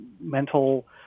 mental